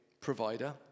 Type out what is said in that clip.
provider